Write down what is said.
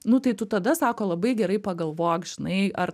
nu tai tu tada sako labai gerai pagalvok žinai ar